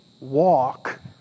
walk